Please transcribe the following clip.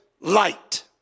light